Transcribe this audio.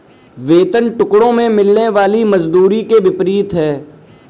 वेतन टुकड़ों में मिलने वाली मजदूरी के विपरीत है